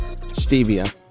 stevia